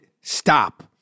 stop